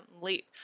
leap